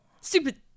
Stupid